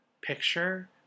picture